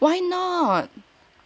why not